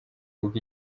kuko